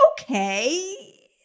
Okay